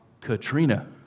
Katrina